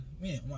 man